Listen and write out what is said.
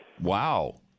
Wow